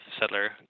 settler